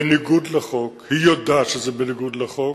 בניגוד לחוק, היא יודעת שזה בניגוד לחוק,